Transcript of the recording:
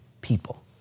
people